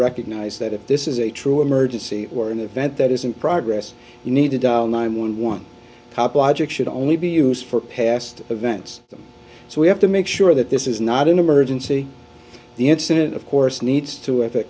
recognize that if this is a true emergency or an event that isn't progress you need to dial nine one one cop logic should only be used for past events so we have to make sure that this is not an emergency the incident of course needs to e